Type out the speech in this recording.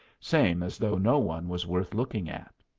same as though no one was worth looking at.